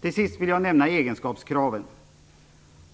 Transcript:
Till sist vill jag nämna egenskapskraven.